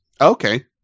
Okay